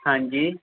ਹਾਂਜੀ